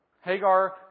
Hagar